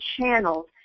channels